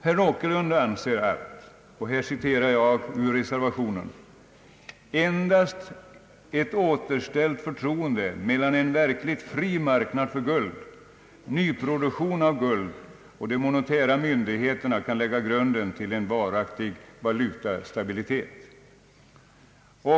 Herr Åkerlund anser enligt reservationen att »endast ett återställt förtroende mellan en verkligt fri marknad för guld, nyproduktion av guld och de monetära myndigheterna kan lägga grunden till varaktig internationell valutastabilitet».